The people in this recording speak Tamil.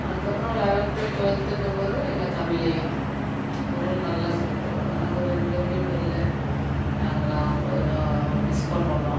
அதுக்கப்புறம் லெவன்த்து டுவெல்த்துன்னும்போது எங்கள் தமிழ் ஐயா அவங்களும் நல்லா சொல்லி தருவாங்க ஆனால் அவங்க ரெண்டு பேருமே இப்போ இல்லை நாங்கள்லாம் அவங்கள கொஞ்சம் மிஸ் பண்ணுறோந்தான்